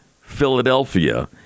Philadelphia